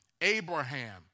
Abraham